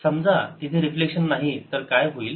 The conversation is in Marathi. समजा तिथे रिफ्लेक्शन नाही तर काय होईल